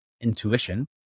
intuition